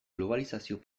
globalizazio